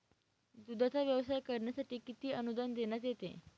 दूधाचा व्यवसाय करण्यासाठी किती अनुदान देण्यात येते?